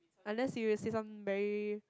unless you say some very